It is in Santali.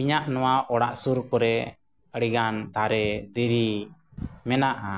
ᱤᱧᱟᱜ ᱱᱚᱣᱟ ᱚᱲᱟᱜ ᱥᱩᱨ ᱠᱚᱨᱮ ᱟᱹᱰᱤᱜᱟᱱ ᱫᱟᱨᱮ ᱫᱷᱤᱨᱤ ᱢᱮᱱᱟᱜᱼᱟ